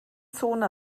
zone